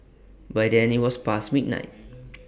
by then IT was past midnight